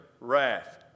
wrath